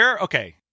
Okay